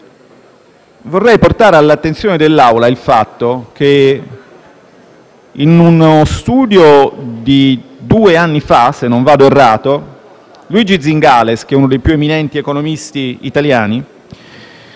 Vorrei portare all'attenzione dell'Assemblea il fatto che, in uno studio di due anni fa (se non vado errato), Luigi Zingales, che è uno dei più eminenti economisti italiani,